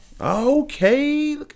Okay